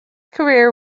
career